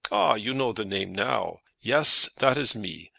ah you know the name now. yes. that is me.